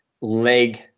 leg